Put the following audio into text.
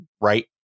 right